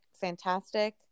fantastic